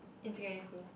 in secondary school